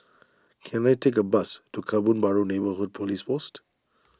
can I take a bus to Kebun Baru Neighbourhood Police Post